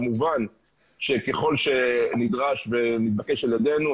כמובן שככל שנדרש ומתבקש על ידינו,